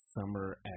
summer